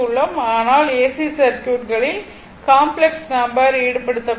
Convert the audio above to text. ஆனால் AC circuit களில் complex number ஈடுபடுத்த பட்டிருக்கும்